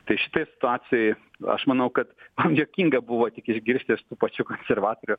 tai šitoj situacijoj aš manau kad man juokinga buvo tik išgirsti iš tų pačių konservatorių